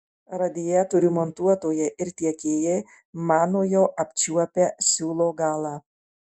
radiatorių montuotojai ir tiekėjai mano jau apčiuopę siūlo galą